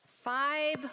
Five